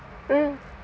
mm